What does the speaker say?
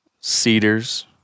cedars